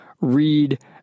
read